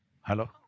Hello